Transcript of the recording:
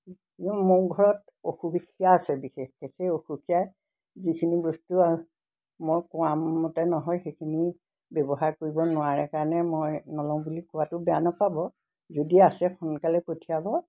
মোৰ ঘৰত অসুবিধা আছে বিশেষ সেই অসুখীয়াই যিখিনি বস্তু মই কোৱামতে নহয় সেইখিনি ব্যৱহাৰ কৰিব নোৱাৰে কাৰণে মই নলওঁ বুলি কোৱাটো বেয়া নাপাব যদি আছে সোনকালে পঠিয়াব